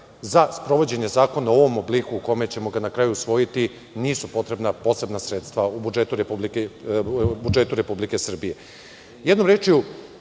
za sprovođenje zakona u ovom obliku u kome ćemo ga na kraju usvojiti, nisu potrebna posebna sredstava u budžetu Republike Srbije. Jednom